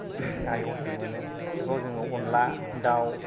आइ hotel मोनो बेफोराव जोङो अनद्ला दाउ